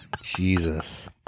Jesus